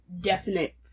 definite